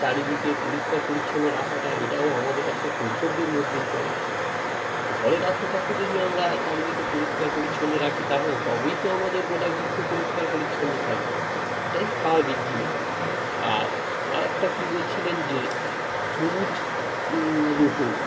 চারিদিকে পরিষ্কার পরিচ্ছিন্ন রাখাটা এটাও আমাদের একটা কর্তব্যের মধ্যেই পড়ে ঘরের আশেপাশে যদি আমরা চারিদিকে পরিষ্কার পরিচ্ছন্ন রাখি তাহ তবেই তো আমাদের গোটা বিশ্ব পরিষ্কার পরিচ্ছন্ন থাকবে এটাই স্বাভাবিক জিনিস আর আর একটা কী বলছিলেন যে সবুজ রোপণ